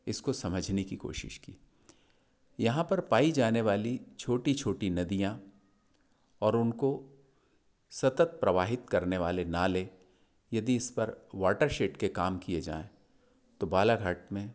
इसको समझने की कोशिश की यहाँ पर पाई जाने वाली छोटी छोटी नदियाँ और उनको सतत प्रवाहित करने वाले नाले यदि इस पर वॉटर शेड के काम की जाएँ तो बालाघाट में